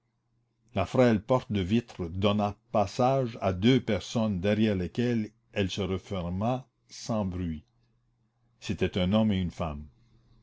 la frêle porte de vitre donna passage à deux personnes derrière lesquelles elle se referma sans bruit c'était un homme et une femme